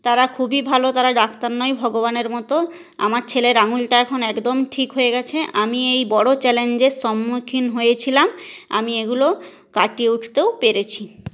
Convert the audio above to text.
তারা খুবই ভালো তারা ডাক্তার নয় ভগবানের মতো আমার ছেলের আঙুলটা এখন একদম ঠিক হয়ে গেছে আমি এই বড়ো চ্যালেঞ্জের সম্মুখীন হয়েছিলাম আমি এগুলো কাটিয়ে উঠতেও পেরেছি